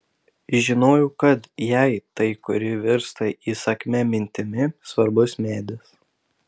žinojau kad jai tai kuri virsta įsakmia mintimi svarbus medis